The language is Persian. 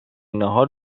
ناهار